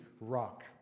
rock